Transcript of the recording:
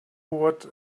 what